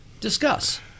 Discuss